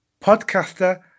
podcaster